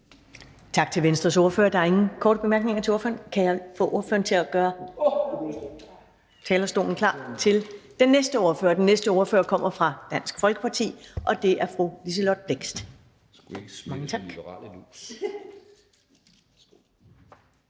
Tak til Venstres ordfører. Der er ingen korte bemærkninger til ordføreren. Kan jeg få ordføreren til at gøre talerstolen klar til den næste ordfører? Den næste ordfører kommer fra Dansk Folkeparti, og det er fru Liselott Blixt.